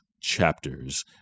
chapters